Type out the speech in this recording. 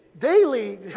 daily